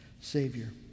Savior